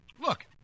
look